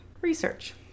research